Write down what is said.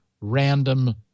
random